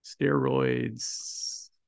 Steroids